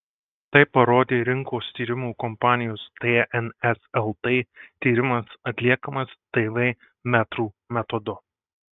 tai parodė rinkos tyrimų kompanijos tns lt tyrimas atliekamas tv metrų metodu